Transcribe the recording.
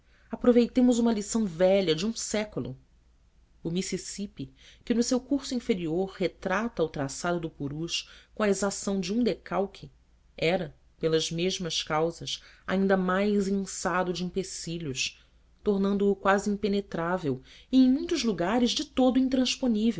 aproveitemos uma lição velha de um século o mississipi que no seu curso inferior retrata o traçado do purus com a exação de um decalque era pelas mesmas causas ainda mais inçado de empecilhos tornando-o quase impenetrável e em muitos lugares de todo intransponível